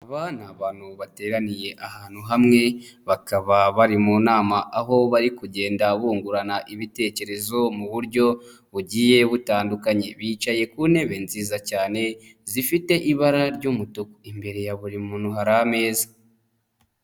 Aba ni abantu bateraniye ahantu hamwe, bakaba bari mu nama aho bari kugenda bungurana ibitekerezo mu buryo bugiye butandukanye, bicaye ku ntebe nziza cyane, zifite ibara ry'umutuku, imbere ya buri muntu hari ameza.